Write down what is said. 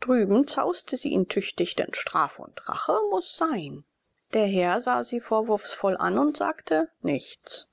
drüben zauste sie ihn tüchtig denn strafe und rache muß sein der herr sah sie vorwurfsvoll an und sagte nichts